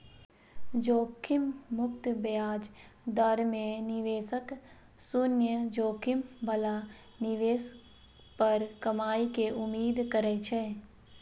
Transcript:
जोखिम मुक्त ब्याज दर मे निवेशक शून्य जोखिम बला निवेश पर कमाइ के उम्मीद करै छै